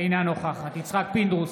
אינה נוכחת יצחק פינדרוס,